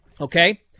Okay